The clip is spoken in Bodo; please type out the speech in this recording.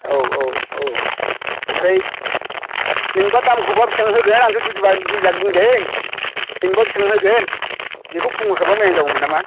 औ औ औ ओमफ्राय नोंबा दामखौबा बेसेबां होगोन आंथ' दुइ लाख बुंदों नोंबा बेसेबां होगोन बेखौ बुंहरग्रोबा मोजां जागौमोन नामा